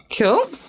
Cool